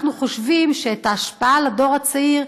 אנחנו חושבים שאת ההשפעה על הדור הצעיר